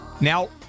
Now